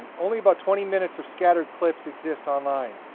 and only about twenty minutes of scattered clips exist online.